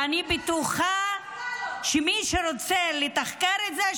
ואני בטוחה שמי שרוצה לתחקר את זה,